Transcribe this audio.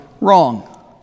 wrong